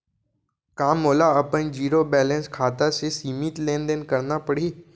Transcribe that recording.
का मोला अपन जीरो बैलेंस खाता से सीमित लेनदेन करना पड़हि?